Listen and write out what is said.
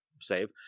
save